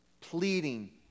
pleading